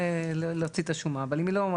אה, אז זה מועצת הרשות או וועדה?